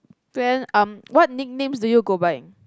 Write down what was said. then um what nicknames do you go by